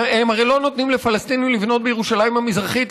הם הרי לא נותנים לפלסטינים לבנות בירושלים המזרחית,